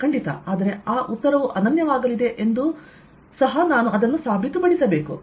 ಖಂಡಿತ ಆದರೆ ಆ ಉತ್ತರವು ಅನನ್ಯವಾಗಲಿದೆ ಎಂದು ನಾನು ಅದನ್ನು ಸಾಬೀತುಪಡಿಸಬೇಕು